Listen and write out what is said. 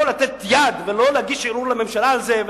לתת יד ולא להגיש ערעור לממשלה על זה,